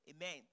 Amen